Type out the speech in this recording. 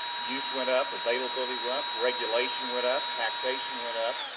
use went up, availability went up, regulation went up, taxation went up,